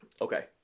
Okay